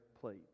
plate